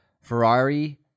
Ferrari